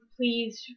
please